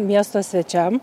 miesto svečiam